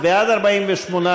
אראל מרגלית,